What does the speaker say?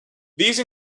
these